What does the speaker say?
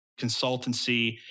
consultancy